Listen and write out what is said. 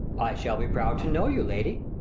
i shall be proud to know you, lady.